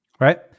right